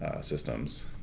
systems